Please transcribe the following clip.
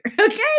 Okay